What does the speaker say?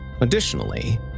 Additionally